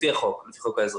לפי חוק האזרחות.